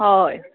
हय